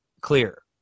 clear